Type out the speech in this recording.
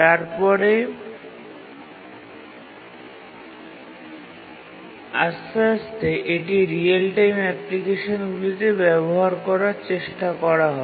তারপরে আস্তে আস্তে এটি রিয়েল টাইম অ্যাপ্লিকেশনগুলিতে ব্যবহার করার চেষ্টা করা হয়